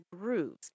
grooves